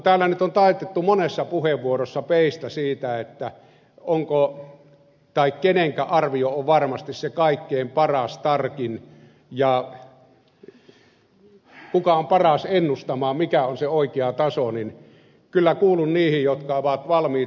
täällä on nyt taitettu monessa puheenvuorossa peistä siitä kenen arvio on varmasti se kaikkein paras tarkin ja kuka on paras ennustamaan mikä on se oikea taso on niin kyllä kuulun niihin jotka ovat valmiit